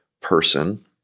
person